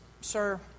Sir